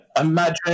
imagine